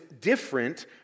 different